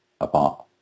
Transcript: apart